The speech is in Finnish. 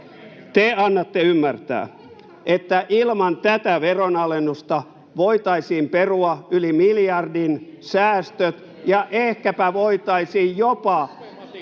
Te annatte ymmärtää, että ilman tätä veronalennusta voitaisiin perua yli miljardin säästöt